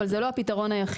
אבל זה לא הפתרון היחיד,